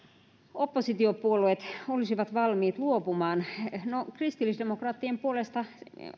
oppositiopuolueet olisivat valmiit luopumaan kristillisdemokraattien puolesta